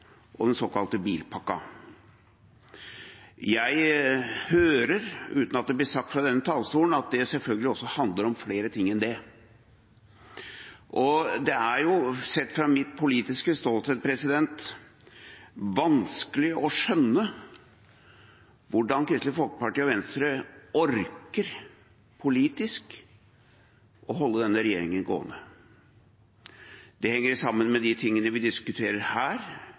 og den såkalte bilpakken. Jeg hører – uten at det blir sagt fra denne talerstolen – at det selvfølgelig handler om flere ting enn det. Det er, sett fra mitt politiske ståsted, vanskelig å skjønne hvordan Kristelig Folkeparti og Venstre orker politisk å holde denne regjeringen gående. Det henger sammen med de tingene vi diskuterer her